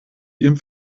ihrem